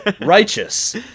Righteous